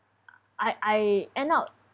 I I end up